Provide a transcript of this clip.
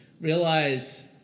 realize